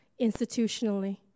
institutionally